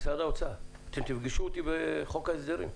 משרד האוצר, אתם תפגשו אותי בחוק ההסדרים.